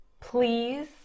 Please